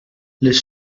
les